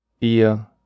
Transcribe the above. Ihr